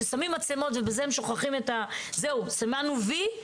ששמים מצלמות ובזה סימנו וי,